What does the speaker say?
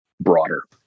broader